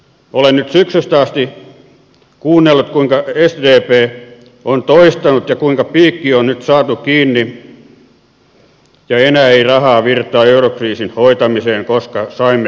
olen syksystä asti kuunnellut kuinka sdp on toistanut kuinka piikki on nyt saatu kiinni ja enää ei rahaa virtaa eurokriisin hoitamiseen koska saimme hyvät vakuudet